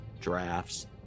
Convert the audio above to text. drafts